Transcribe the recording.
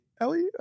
Ellie